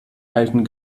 alten